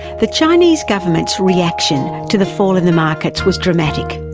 the chinese government's reaction to the fall in the markets was dramatic,